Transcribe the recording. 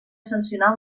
sancionar